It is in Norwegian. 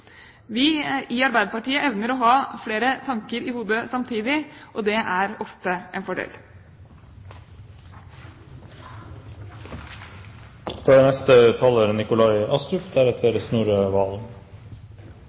Vi i Arbeiderpartiet evner å ha flere tanker i hodet samtidig, og det er ofte en fordel. Den mest miljøvennlige energien er